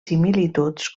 similituds